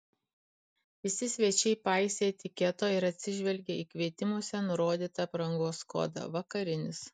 visi svečiai paisė etiketo ir atsižvelgė į kvietimuose nurodytą aprangos kodą vakarinis